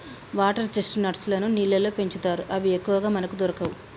water chestnuts లను నీళ్లల్లో పెంచుతారు అవి ఎక్కువగా మనకు దొరకవు